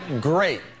great